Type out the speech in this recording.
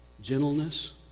gentleness